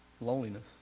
loneliness